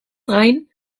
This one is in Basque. gain